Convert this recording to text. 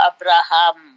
Abraham